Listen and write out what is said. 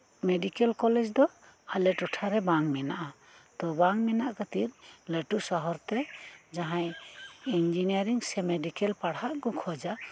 medical college ᱫᱚ ᱟᱞᱮᱴᱚᱴᱷᱟ ᱨᱮ ᱵᱟᱝ ᱢᱮᱱᱟᱜᱼᱟ ᱛᱚ ᱵᱟᱝ ᱢᱮᱱᱟᱜ ᱠᱷᱟᱹᱛᱤᱨᱞᱟᱹᱴᱩ ᱥᱚᱦᱚᱨ ᱛᱮ ᱡᱟᱦᱟᱸᱭ ᱤᱧᱡᱤᱱᱤᱭᱟᱨᱤᱝ ᱥᱮ ᱢᱮᱰᱤᱠᱮᱞ ᱯᱟᱲᱦᱟᱜ ᱠᱚ ᱠᱷᱚᱡᱟ